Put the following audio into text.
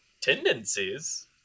tendencies